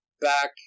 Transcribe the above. back